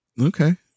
okay